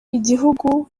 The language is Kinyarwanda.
igihugu